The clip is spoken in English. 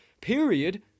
period